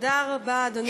תודה רבה, אדוני.